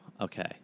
Okay